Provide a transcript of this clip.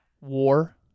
War